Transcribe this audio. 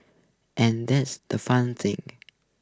and this the fun thing